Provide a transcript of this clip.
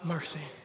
Mercy